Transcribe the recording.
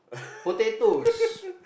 potatoes